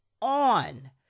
on